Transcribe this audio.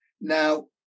Now